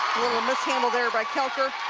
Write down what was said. mishandle there by koelker